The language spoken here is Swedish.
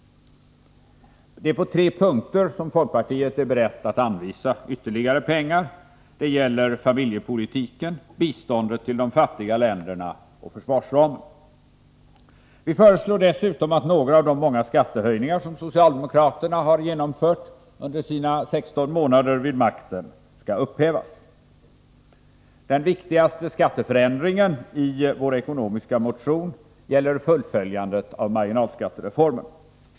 Det är på tre punkter som folkpartiet är berett att anvisa ytterligare pengar. Det gäller familjepolitiken, biståndet till de fattiga länderna och försvarsramen. Vi föreslår dessutom att några av de många skattehöjningar som socialdemokraterna har genomfört under sina 16 månader vid makten skall upphävas. Den viktigaste skatteförändringen i vår ekonomiska motion gäller fullföljandet av marginalskattereformen.